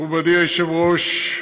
מכובדי היושב-ראש,